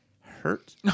hurt